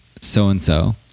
so-and-so